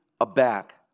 aback